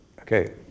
okay